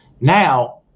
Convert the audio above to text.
now